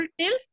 tilt